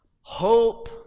hope